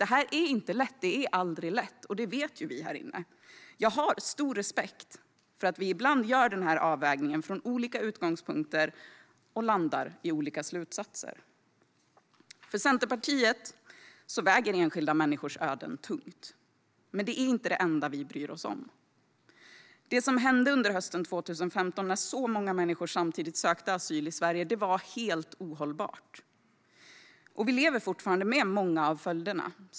Detta är inte lätt - det är aldrig lätt - och det vet vi här inne. Jag har stor respekt för att vi ibland gör denna avvägning utifrån olika utgångspunkter och att vi landar i olika slutsatser. För Centerpartiet väger enskilda människors öden tungt, men det är inte det enda vi bryr oss om. Det som hände under hösten 2015, då många människor samtidigt sökte asyl i Sverige var helt ohållbart. Vi lever fortfarande med många av följderna.